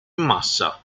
massa